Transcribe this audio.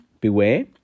beware